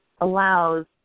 allows